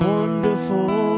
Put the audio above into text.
Wonderful